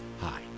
Hi